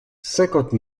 cinquante